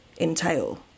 entail